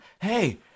Hey